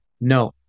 No